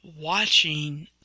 watching